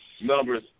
Numbers